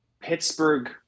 Pittsburgh